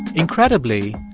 incredibly,